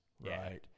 right